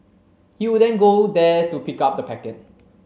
he would then go there to pick up the packet